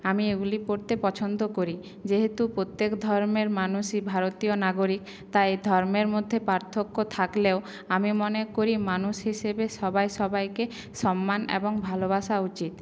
আমি এগুলি পড়তে পছন্দ করি যেহেতু প্রত্যেক ধর্মের মানুষই ভারতীয় নাগরিক তাই ধর্মের মধ্যে পার্থক্য থাকলেও আমি মনে করি মানুষ হিসেবে সবাই সবাইকে সম্মান এবং ভালোবাসা উচিত